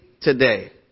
today